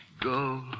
go